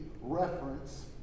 reference